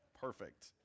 Perfect